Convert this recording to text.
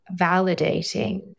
validating